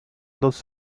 dos